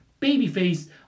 babyface